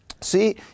See